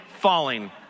falling